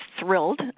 thrilled